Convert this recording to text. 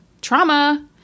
trauma